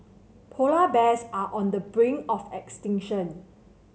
polar bears are on the brink of extinction